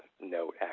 note